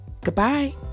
goodbye